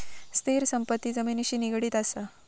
स्थिर संपत्ती जमिनिशी निगडीत असा